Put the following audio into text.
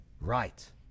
Right